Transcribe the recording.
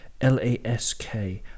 LASK